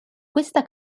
questa